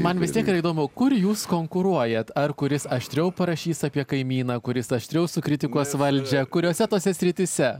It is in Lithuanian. man vis tiek yra įdomu kur jūs konkuruojat ar kuris aštriau parašys apie kaimyną kuris aštriau sukritikuos valdžią kuriose tose srityse